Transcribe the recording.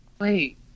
wait